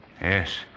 Yes